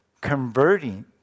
converting